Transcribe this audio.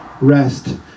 rest